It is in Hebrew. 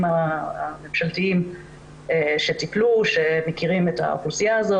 הממשלתיים האחרים שמכירים את האוכלוסייה הזאת.